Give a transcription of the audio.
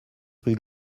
rue